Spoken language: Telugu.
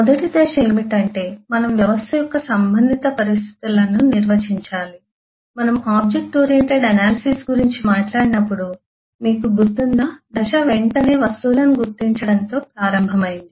మొదటి దశ ఏమిటంటే మనం వ్యవస్థ యొక్క సంబంధింత పరిస్థితులను నిర్వచించాలి మనము ఆబ్జెక్ట్ ఓరియెంటెడ్ అనాలిసిస్ గురించి మాట్లాడినప్పుడు మీకు గుర్తుందా దశ వెంటనే వస్తువులను గుర్తించడంతో ప్రారంభమైంది